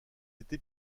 été